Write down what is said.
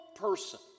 person